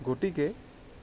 গতিকে